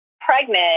pregnant